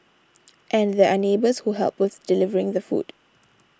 and there are neighbours who help with delivering the food